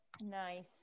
nice